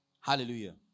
Hallelujah